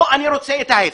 או אני רוצה את ההפך.